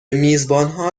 میزبانها